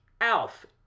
Alf